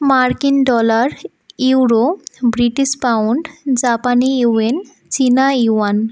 মার্কিন dollar euro British pound জাপানি yen চিনা ইউয়ান